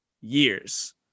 years